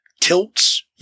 tilts